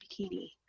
bikini